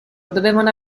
dovevano